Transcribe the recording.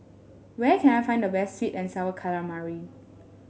where can I find the best sweet and sour calamari